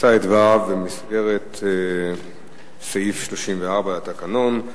שנשא את דבריו במסגרת סעיף 34 לתקנון.